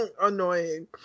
annoying